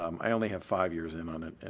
um i only have five years in on it, and